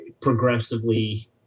progressively